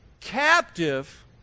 captive